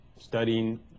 studying